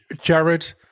Jared